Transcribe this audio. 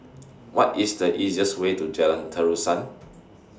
What IS The easiest Way to Jalan Terusan